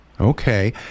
Okay